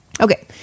Okay